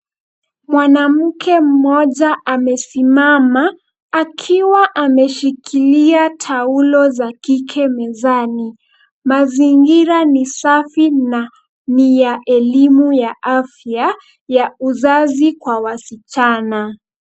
Mwanamke mmoja amesimama, akiwa ameshikilia taulo za kike mezani. Mazingira ni safi na ni ya elimu ya afya ya uzazi kwa wasichana.